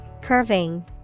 Curving